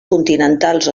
continentals